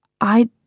I